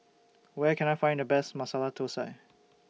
Where Can I Find The Best Masala Thosai